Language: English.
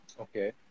Okay